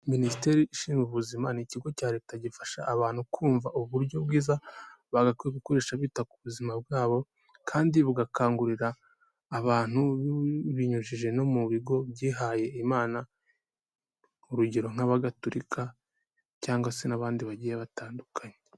Minisiteri ishinzwe Ubuzima, ni ikigo cya Leta gifasha abantu kumva uburyo bwiza bagakwiye gukoresha bita ku buzima bwabo, kandi bugakangurira abantu babinyujije no mu bigo byihaye Imana, urugero nk'abagatulika cyangwa se n'abandi bagiye batandukanye.